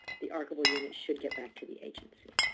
the archival unit should get back to the agency.